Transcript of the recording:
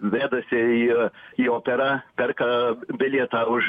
vedasi į į operą perka bilietą už